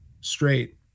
straight